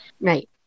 right